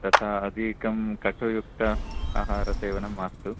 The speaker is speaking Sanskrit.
तथा अधिकं कटुयुक्त आहारसेवनं मास्तु